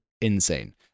insane